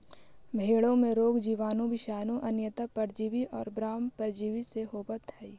भेंड़ों में रोग जीवाणु, विषाणु, अन्तः परजीवी और बाह्य परजीवी से होवत हई